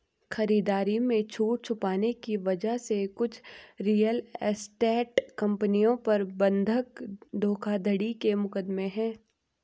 खरीदारी में छूट छुपाने की वजह से कुछ रियल एस्टेट कंपनियों पर बंधक धोखाधड़ी के मुकदमे हैं